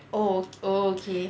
oh oh okay